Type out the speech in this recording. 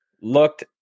Looked